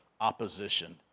opposition